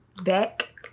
Back